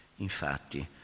Infatti